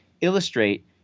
illustrate